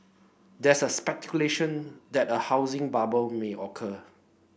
there is speculation that a housing bubble may occur